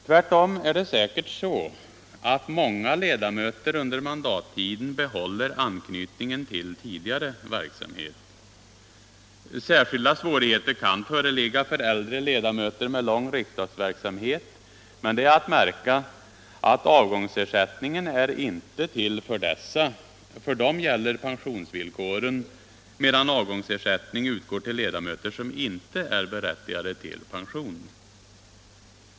Tvärtom är det säkert så att många ledamöter Särskilda svårigheter kan föreligga för äldre ledamöter med lång riksdagsverksamhet. Men det är att märka att avgångsersättningen inte är till för dessa. För dem gäller pensionsvillkoren, medan avgångsersättning utgår till ledamöter som inte är berättigade till pension.